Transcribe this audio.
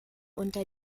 unter